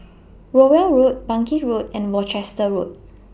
Rowell Road Bangkit Road and Worcester Road